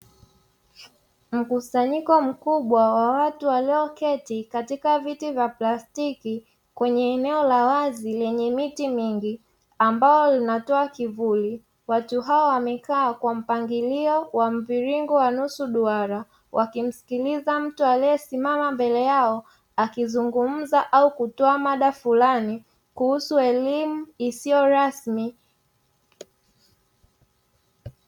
Mkusanyiko mkubwa wa watu walioketi katika viti vya plastiki kwenye eneo la wazi lenye miti mingi ambalo linatoa kivuli. Watu hao wamekaa kwa mpangilio wa mviringo wa nusu duara wakimsikiliza mtu aliyesimama mbele yao, akizungumza au kutoa mada fulani kuhusu elimu isiyo rasmi.